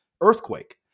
earthquake